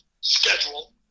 schedule